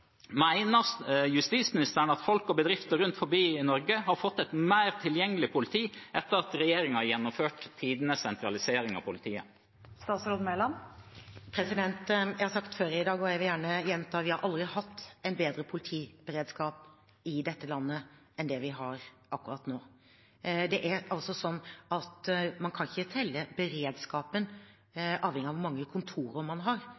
justisministeren at folk og bedrifter rundt omkring i Norge har fått et mer tilgjengelig politi etter at regjeringen har gjennomført tidenes sentralisering av politiet? Jeg har sagt det før i dag, og jeg vil gjerne gjenta det: Vi har aldri hatt en bedre politiberedskap i dette landet enn det vi har akkurat nå. Det er altså sånn at man ikke kan telle beredskapen avhengig av hvor mange kontorer man har,